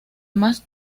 más